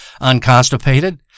unconstipated